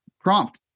prompt